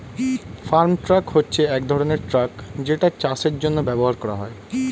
farm truck হচ্ছে এক ধরনের ট্রাক যেটা চাষের জন্য ব্যবহার করা হয়